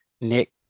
Nick